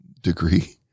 degree